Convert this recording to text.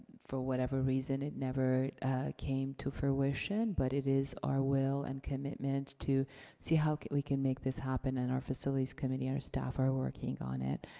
for whatever reason, it never came to fruition. but, it is our will and commitment to see how we can make this happen, and our facilities committee and our staff are working on it.